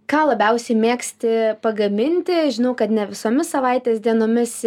ką labiausiai mėgsti pagaminti žinau kad ne visomis savaitės dienomis